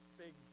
big